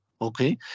okay